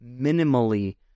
minimally